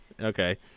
okay